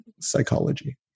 psychology